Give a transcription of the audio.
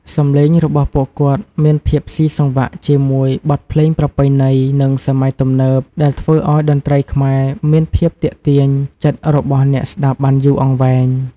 សម្លេងរបស់ពួកគាត់មានភាពសុីសង្វាក់ជាមួយ បទភ្លេងប្រពៃណី និង សម័យទំនើប ដែលធ្វើឲ្យតន្ត្រីខ្មែរ មានភាពទាក់ទាញចិត្តរបស់អ្នកស្តាប់បានយូរអង្វែង។